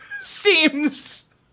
seems